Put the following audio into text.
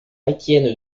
etienne